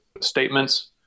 statements